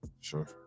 sure